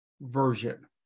version